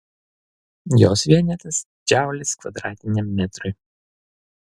jos vienetas džaulis kvadratiniam metrui